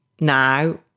now